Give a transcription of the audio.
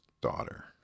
daughter